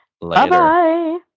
Bye-bye